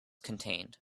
contained